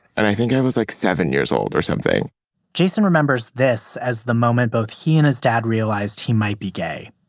and i think i was, like, seven years old or something jason remembers this as the moment both he and his dad realized he might be gay.